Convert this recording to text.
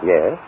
Yes